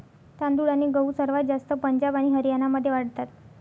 तांदूळ आणि गहू सर्वात जास्त पंजाब आणि हरियाणामध्ये वाढतात